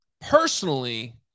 personally